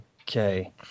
Okay